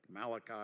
Malachi